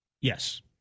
Yes